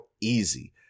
easy